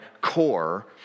core